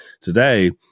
today